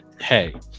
hey